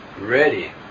ready